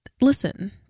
listen